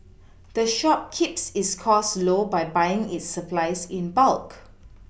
the shop keeps its costs low by buying its supplies in bulk